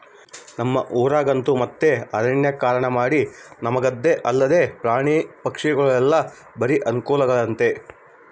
ನಮ್ಮ ಊರಗಂತೂ ಮತ್ತೆ ಅರಣ್ಯೀಕರಣಮಾಡಿ ನಮಗಂದೆ ಅಲ್ದೆ ಪ್ರಾಣಿ ಪಕ್ಷಿಗುಳಿಗೆಲ್ಲ ಬಾರಿ ಅನುಕೂಲಾಗೆತೆ